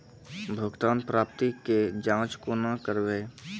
भुगतान प्राप्ति के जाँच कूना करवै?